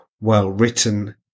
well-written